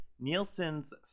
nielsen's